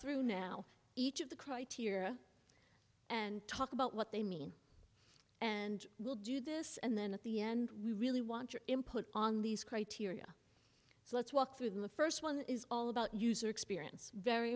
through now each of the criteria and talk about what they mean and we'll do this and then at the end we really want your input on these criteria so let's walk through them the first one is all about user experience very